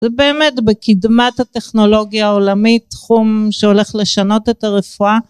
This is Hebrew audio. זה באמת בקידמת הטכנולוגיה העולמית תחום שהולך לשנות את הרפואה